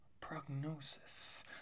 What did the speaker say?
prognosis